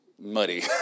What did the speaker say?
muddy